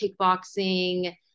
kickboxing